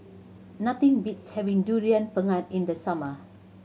nothing beats having Durian Pengat in the summer